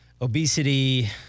Obesity